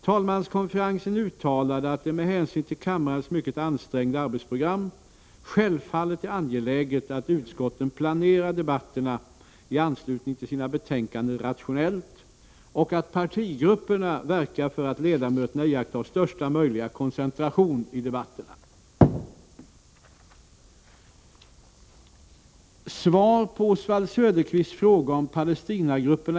Talmanskonferensen uttalade att det med hänsyn till kammarens mycket ansträngda arbetsprogram självfallet är angeläget att utskotten planerar debatterna i anslutning till sina betänkanden rationellt och att partigrupperna verkar för att ledamöterna iakttar största möjliga koncentration i debatterna.